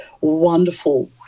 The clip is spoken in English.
wonderful